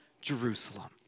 Jerusalem